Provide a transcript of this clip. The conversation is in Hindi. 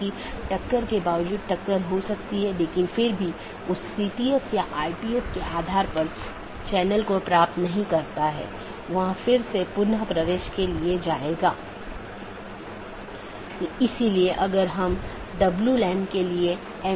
दो जोड़े के बीच टीसीपी सत्र की स्थापना करते समय BGP सत्र की स्थापना से पहले डिवाइस पुष्टि करता है कि BGP डिवाइस रूटिंग की जानकारी प्रत्येक सहकर्मी में उपलब्ध है या नहीं